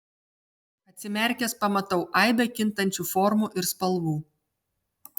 atsimerkęs pamatau aibę kintančių formų ir spalvų